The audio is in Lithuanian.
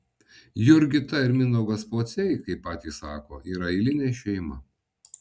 jurgita ir mindaugas pociai kaip patys sako yra eilinė šeima